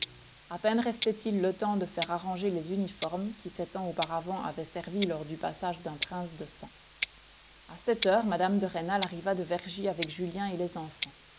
a peine restait-il le temps de faire arranger les uniformes qui sept ans auparavant avaient servi lors du passage d'un prince du sang a sept heures mme de rênal arriva de vergy avec julien et les enfants